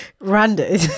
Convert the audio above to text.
Random